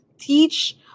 teach